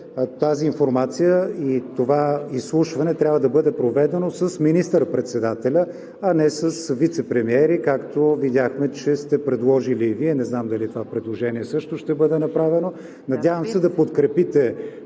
тази информация и това изслушване трябва да бъде проведено с министър-председателя, а не с вицепремиери, както видяхме, че сте предложили Вие. Не знам дали това предложение също ще бъде направено. ПРЕДСЕДАТЕЛ ЦВЕТА